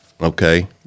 Okay